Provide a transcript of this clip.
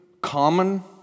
common